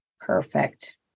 Perfect